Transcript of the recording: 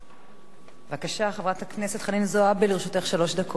בבקשה, חברת הכנסת חנין זועבי, לרשותך שלוש דקות.